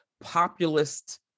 populist